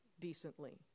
decently